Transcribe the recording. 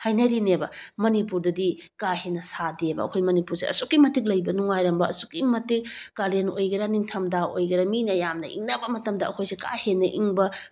ꯍꯥꯏꯅꯔꯤꯅꯦꯕ ꯃꯅꯤꯄꯨꯔꯗꯗꯤ ꯀꯥ ꯍꯦꯟꯅ ꯁꯥꯗꯦꯕ ꯑꯩꯈꯣꯏ ꯃꯅꯤꯄꯨꯔꯁꯦ ꯑꯁꯨꯛꯀꯤ ꯃꯇꯤꯛ ꯂꯩꯕ ꯅꯨꯡꯉꯥꯏꯔꯝꯕ ꯑꯁꯨꯛꯀꯤ ꯃꯇꯤꯛ ꯀꯥꯂꯦꯟ ꯑꯣꯏꯒꯦꯔꯥ ꯅꯤꯡꯊꯝꯊꯥ ꯑꯣꯏꯒꯦꯔꯥ ꯃꯤꯅ ꯌꯥꯝꯅ ꯏꯪꯅꯕ ꯃꯇꯝꯗ ꯑꯩꯈꯣꯏꯁꯦ ꯀꯥ ꯍꯦꯟꯅ ꯏꯪꯕ